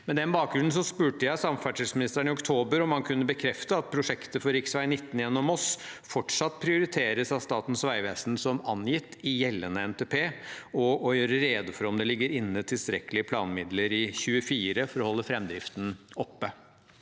Med den bakgrunnen spurte jeg samferdselsministeren i oktober om han kunne bekrefte at prosjektet for rv. 19 gjennom Moss fortsatt prioriteres av Statens vegvesen som angitt i gjeldende NTP, og å gjøre rede for om tilstrekkelig planmidler ligger inne i 2024 for å holde fremdriften oppe.